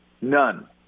none